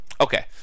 Okay